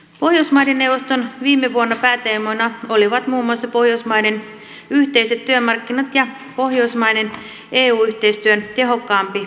pohjoismaiden neuvoston pääteemoina viime vuonna olivat muun muassa pohjoismaiden yhteiset työmarkkinat ja pohjoismaiden eu yhteistyön tehokkaampi edistäminen